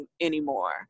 anymore